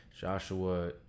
Joshua